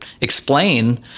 explain